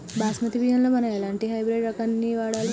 బాస్మతి బియ్యంలో మనం ఎలాంటి హైబ్రిడ్ రకం ని వాడాలి?